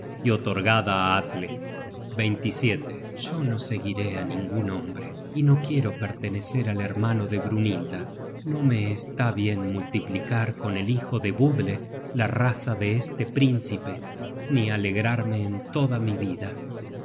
y otorgada á atle yono seguiré á ningun hombre y no quiero pertenecer al hermano debrynhilda no me está bien multiplicar con el hijo de budle la raza de este príncipe ni alegrarme en toda mi vida